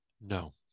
No